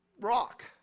rock